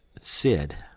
Sid